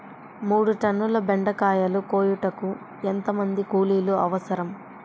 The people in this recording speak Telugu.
మూడు టన్నుల బెండకాయలు కోయుటకు ఎంత మంది కూలీలు అవసరం?